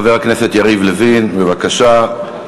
חבר הכנסת יריב לוין, בבקשה.